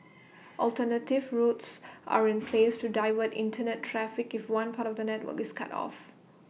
alternative routes are in place to divert Internet traffic if one part of the network is cut off